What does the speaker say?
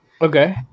Okay